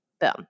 boom